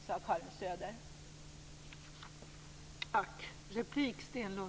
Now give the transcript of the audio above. Så sade Karin Söder.